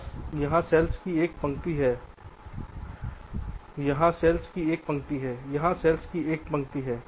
पास यहाँ सेल्स की एक पंक्ति हैयहाँ सेल्स की एक पंक्ति है यहाँ सेल्स की एक पंक्ति है